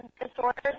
disorders